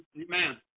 Amen